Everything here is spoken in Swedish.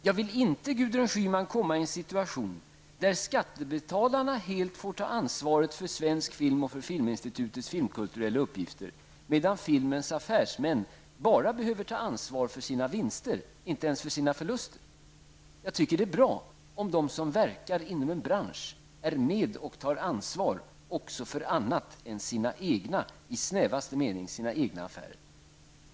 Jag vill, Gudrun Schyman, inte hamna i en situation, där skattebetalarna helt får ta ansvaret för svensk film och för Filminstitutets filmkulturella uppgifter, medan filmens affärsmän bara behöver ta ansvar för sina vinster och inte för sina förluster. Jag tycker att det är bra om de som verkar inom en bransch är med och tar ansvar också för annat än i snävaste mening sina egna affärer.